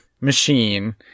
machine